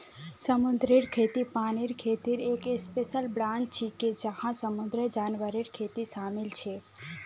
समुद्री खेती पानीर खेतीर एक स्पेशल ब्रांच छिके जहात समुंदरेर जानवरेर खेती शामिल छेक